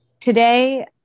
Today